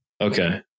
Okay